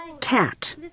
Cat